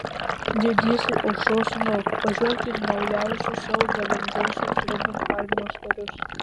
didysai aušros sūnau pažvelk į naujausius savo galingosios rubino armijos karius